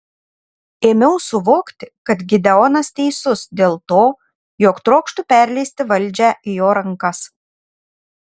ėmiau suvokti kad gideonas teisus dėl to jog trokštu perleisti valdžią į jo rankas